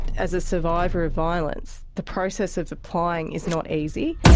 as a survivor of violence, the process of applying is not easy,